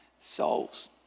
souls